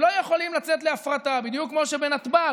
שלא יכולים לצאת להפרטה, בדיוק כמו שבנתב"ג,